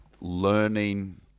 learning